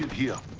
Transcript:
he'll